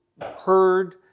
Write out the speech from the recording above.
heard